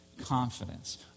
Confidence